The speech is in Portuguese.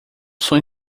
som